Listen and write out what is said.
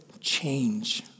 change